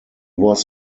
was